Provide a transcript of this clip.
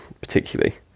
particularly